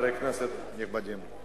חברי הכנסת הנכבדים,